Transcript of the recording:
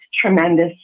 tremendous